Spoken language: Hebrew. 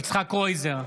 יצחק קרויזר,